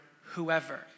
whoever